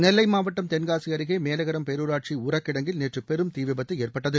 நெல்லை மாவட்டம் தெள்காசி அருகே மேலகரம் பேரூராட்சி உர கிடங்கில் நேற்று பெரும் தீ விபத்து ஏற்பட்டது